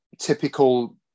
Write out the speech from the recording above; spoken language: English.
typical